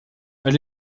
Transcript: elle